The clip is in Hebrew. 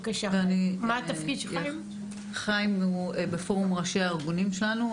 חיים הוא בפורום ראשי הארגונים שלנו,